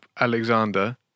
Alexander